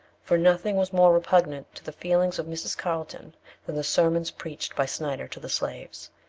for nothing was more repugnant to the feelings of mrs. carlton than the sermons preached by snyder to the slaves.